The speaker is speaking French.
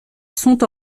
sont